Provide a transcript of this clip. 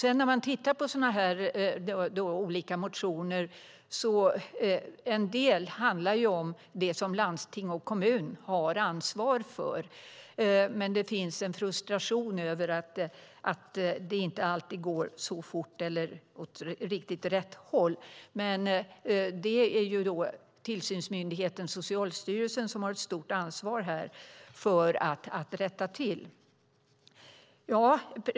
En del motioner handlar om det som landsting och kommuner har ansvar för, men det finns en frustration över att det inte alltid går så fort eller åt riktigt rätt håll. Det är dock tillsynsmyndigheten Socialstyrelsen som har ett stort ansvar för att rätta till detta.